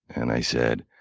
and i said,